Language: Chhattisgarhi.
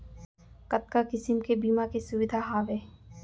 कतका किसिम के बीमा के सुविधा हावे?